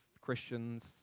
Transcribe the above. Christians